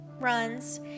runs